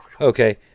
Okay